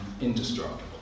indestructible